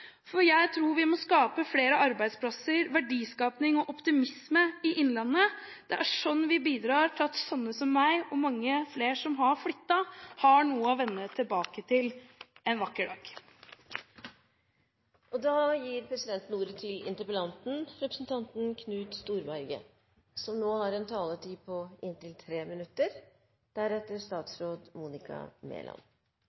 Jeg tror vi må skape flere arbeidsplasser og skape verdier og optimisme i innlandet. Det er slik vi bidrar til at slike som meg – og mange flere som har flyttet – har noe å vende tilbake til en vakker dag. Jeg må takke alle parter for aktiv deltakelse i debatten. Jeg har